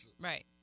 right